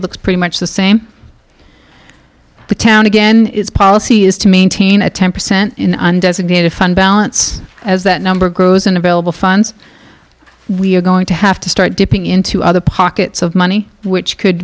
period look pretty much the same the town again is policy is to maintain a ten percent in undesignated fund balance as that number grows in available funds we are going to have to start dipping into other pockets of money which could